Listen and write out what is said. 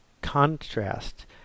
contrast